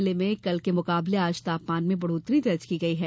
जिले में कल के मुकाबले आज तापमान में बढ़ोत्तरी दर्ज की गई है